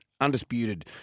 undisputed